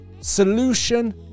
solution